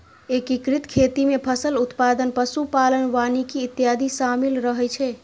एकीकृत खेती मे फसल उत्पादन, पशु पालन, वानिकी इत्यादि शामिल रहै छै